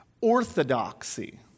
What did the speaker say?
Orthodoxy